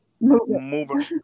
moving